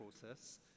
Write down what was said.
process